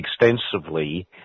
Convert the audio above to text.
extensively